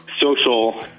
social